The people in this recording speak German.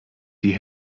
die